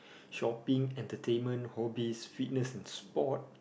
shopping entertainment hobbies fitness and sports